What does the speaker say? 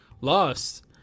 lost